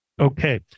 okay